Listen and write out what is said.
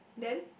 then